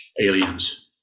aliens